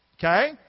Okay